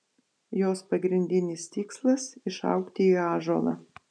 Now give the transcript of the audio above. jos pagrindinis tikslas išaugti į ąžuolą